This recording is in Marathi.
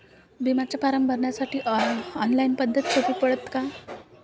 बिम्याचा फारम भरासाठी ऑनलाईन पद्धत सोपी पडन का?